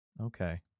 Okay